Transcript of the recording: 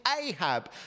Ahab